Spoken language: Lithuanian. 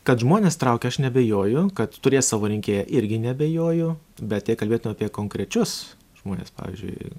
kad žmones traukia aš neabejoju kad turės savo rinkėją irgi neabejoju bet jei kalbėtume apie konkrečius žmones pavyzdžiui